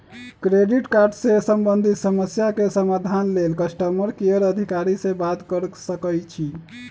credit card से संबंधित समस्या के समाधान लेल कस्टमर केयर अधिकारी से बात कर सकइछि